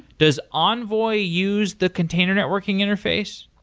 does envoy use the container networking interface?